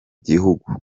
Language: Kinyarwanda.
gihugu